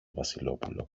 βασιλόπουλο